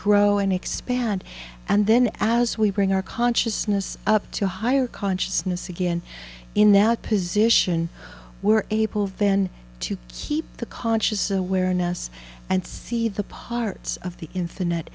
crow and expand and then as we bring our consciousness up to higher consciousness again in that position we're able then to keep the conscious awareness and see the parts of the in